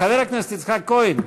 חבר הכנסת יצחק כהן,